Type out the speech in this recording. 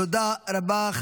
תודה רבה.